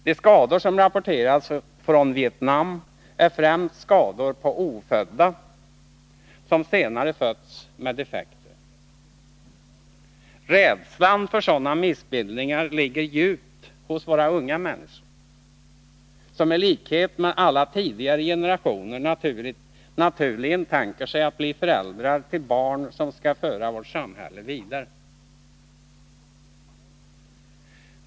De skador som rapporterats från Vietnam är främst skador på ofödda, som senare fötts med defekter. Rädslan för sådana missbildningar ligger djupt hos våra unga människor, som i likhet med alla tidigare generationer naturligen tänker sig att bli föräldrar till barn som skall föra vårt samhälle vidare.